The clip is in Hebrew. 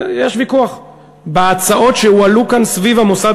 יש ויכוח בהצעות שהועלו כאן סביב המוסד